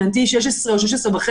שוב, גם בגיל 16 או 17,